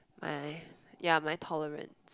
my yeah my tolerance